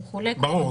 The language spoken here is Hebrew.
ברור.